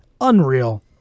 unreal